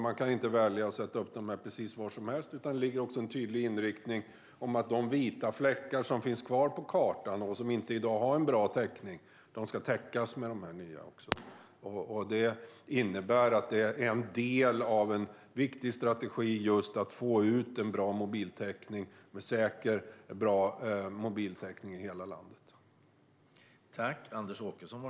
Man kan inte välja att sätta upp det precis var som helst, utan det finns en tydlig inriktning: att de vita fläckar som finns kvar på kartan och som inte har bra täckning i dag ska täckas. Det är en del i en viktig strategi för att få en säker och bra mobiltäckning i hela landet.